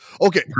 okay